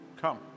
come